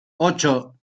ocho